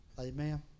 Amen